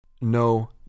No